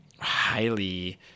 highly